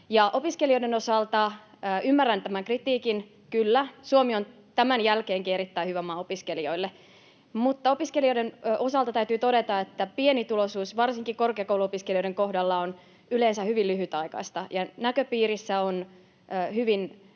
Opiskelijoiden osalta ymmärrän tämän kritiikin. Kyllä Suomi on tämän jälkeenkin erittäin hyvä maa opiskelijoille, ja opiskelijoiden osalta täytyy todeta, että pienituloisuus, varsinkin korkeakouluopiskelijoiden kohdalla, on yleensä hyvin lyhytaikaista ja näköpiirissä on hyvinkin